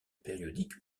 périodique